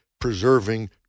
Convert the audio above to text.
preserving